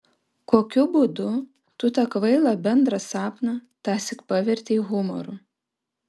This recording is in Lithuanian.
kokiu būdu tu tą kvailą bendrą sapną tąsyk pavertei humoru